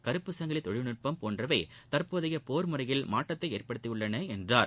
கருப்பு சங்கிலி தொழில்நுட்பம் போன்றவை தற்போதைய போர் முறையில் மாற்றத்தை ஏற்படுத்தியுள்ளன என்றார்